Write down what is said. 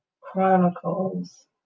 Chronicles